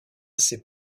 ses